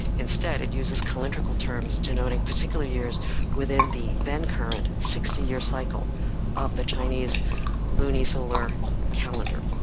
instead, it uses calendrical terms denoting particular years within the then current sixty-year cycle of the chinese lunisolar calendar.